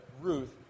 Ruth